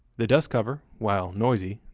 the dust cover, while noisy,